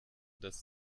dass